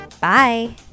Bye